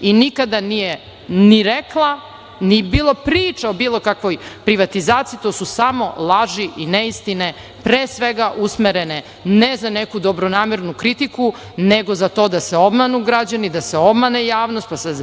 i nikada nije ni rekla, nije bilo priče o bilo kakvoj privatizaciji. To su samo laži i neistine, pre svega usmerene ne za neku dobronamernu kritiku, nego za to da se obmanu građani, da se obmane javnost, pa se